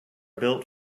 built